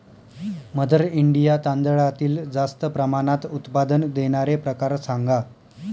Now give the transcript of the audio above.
mother India तांदळातील जास्त प्रमाणात उत्पादन देणारे प्रकार सांगा